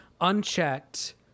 unchecked